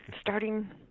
starting